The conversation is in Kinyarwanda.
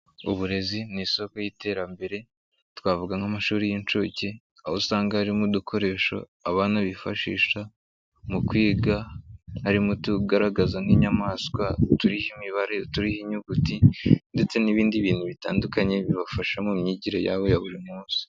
Uburezi ni isoko y'iterambere twavuga nk'amashuri y'inshuke aho usanga harimo udukoresho abana bifashisha mu kwiga harimo utugaragaza nk'inyamaswa, uturiho imibare, uturiho inyuguti ndetse n'ibindi bintu bitandukanye bibafasha mu myigire yabo ya buri munsi.